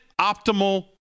optimal